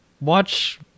watch